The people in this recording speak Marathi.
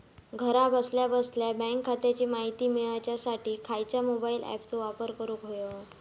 घरा बसल्या बसल्या बँक खात्याची माहिती मिळाच्यासाठी खायच्या मोबाईल ॲपाचो वापर करूक होयो?